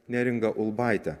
neringa ulbaitė